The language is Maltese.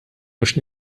mhux